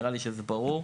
נראה לי שזה ברור.